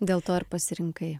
dėl to ir pasirinkai